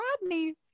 Rodney